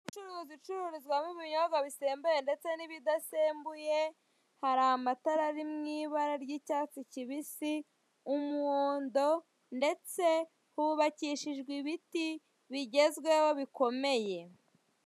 Curuzi icururizwamo ibinyobwa bisembuye ndetse n'ibidasembuye, hari amatara ari mu ibara ry'icyatsi kibisi, umuhondo ndetse hubakishojwe ibiti bigezweho kandi bikomeye.